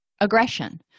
aggression